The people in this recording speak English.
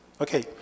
Okay